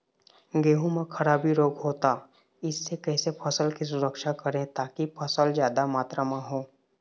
गेहूं म खराबी रोग होता इससे कैसे फसल की सुरक्षा करें ताकि फसल जादा मात्रा म हो?